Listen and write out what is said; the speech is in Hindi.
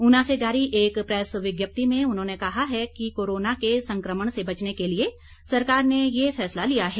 ऊना से जारी एक प्रैस विज्ञप्ति में उन्होंने कहा है कि कोरोना के संक्रमण से बचने के लिए सरकार ने ये फैसला लिया है